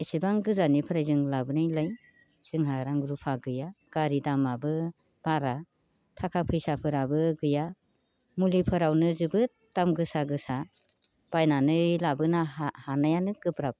एसेबां गोजाननिफ्राय जों लाबोनायलाय जोंहा रां रुफा गैया गारि दामाबो बारा थाखा फैसाफ्राबो गैया मुलिफोरावनो जोबोद दाम गोसा गोसा बायनानै लाबोनो हानायानो गोब्राब